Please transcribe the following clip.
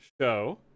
show